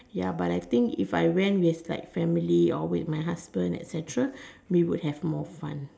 ya but I think if I went with like family or with my husband etcetera we would have more fun